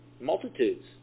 Multitudes